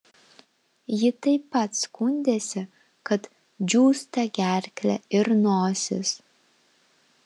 ji taip pat skundėsi kad džiūsta gerklė ir nosis